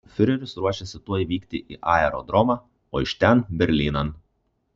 fiureris ruošėsi tuoj vykti į aerodromą o iš ten berlynan